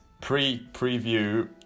pre-preview